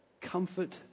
Comfort